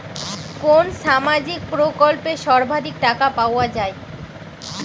কোন সামাজিক প্রকল্পে সর্বাধিক টাকা পাওয়া য়ায়?